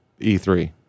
E3